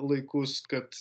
laikus kad